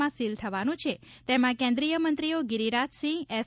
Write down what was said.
માં સિલ થવાનું છે તેમાં કેન્દ્રિયમંત્રીઓ ગિરીરાજસિંહ એસ